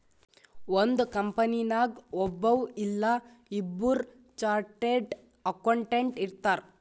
ಒಂದ್ ಕಂಪನಿನಾಗ್ ಒಬ್ಬವ್ ಇಲ್ಲಾ ಇಬ್ಬುರ್ ಚಾರ್ಟೆಡ್ ಅಕೌಂಟೆಂಟ್ ಇರ್ತಾರ್